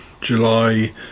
july